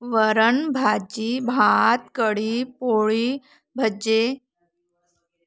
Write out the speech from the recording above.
वरण भाजी भात कढी पोळी भज्जे